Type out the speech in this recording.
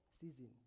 season